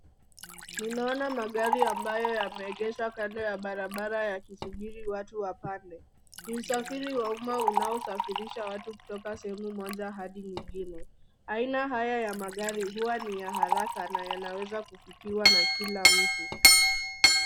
Ninaona magari ambayo yamegeshwa kando ya barabara yakisubiri watu wapande. Ni usafiri wa umma unaosafirisha watu kutoka sehemu moja hadi nyingine. Aina haya ya magari hua ni ya haraka na yanaweza kufikiwa na kila mtu.